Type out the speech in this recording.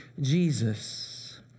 Jesus